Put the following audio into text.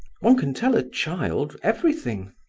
one can tell a child everything,